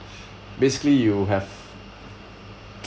basically you have